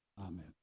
Amen